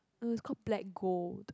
uh it's called Black Gold